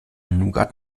nougat